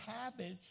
habits